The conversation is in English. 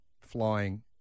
flying